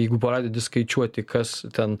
jeigu pradedi skaičiuoti kas ten